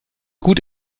gut